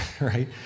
right